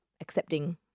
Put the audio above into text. accepting